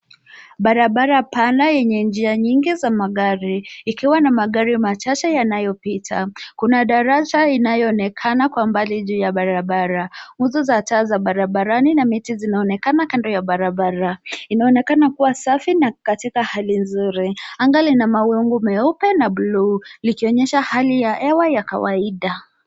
Barabara pana yenye njia nyingi za magari ikiwa na magari machache yanayopita. Kuna daraja inayoonekana kwa mbali juu ya barabara. Nguzo za taa za barabara na miti zinaonekana kando ya barabara. Inaonekana kuwa safi na katika hali nzuri. Anga lina mawingu meupe na buluu likionyesha hali ya hewa ya kawaida.